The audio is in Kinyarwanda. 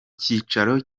cyicaro